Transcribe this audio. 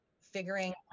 figuring